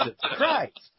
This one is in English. Christ